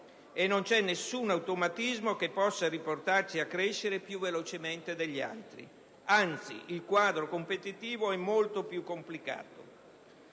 e non c'è nessun automatismo che possa riportarci a crescere più velocemente degli altri. Anzi, il quadro competitivo è molto più complicato.